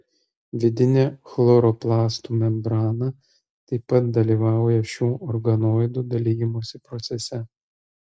vidinė chloroplastų membrana taip pat dalyvauja šių organoidų dalijimosi procese